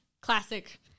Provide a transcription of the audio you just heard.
Classic